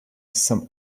some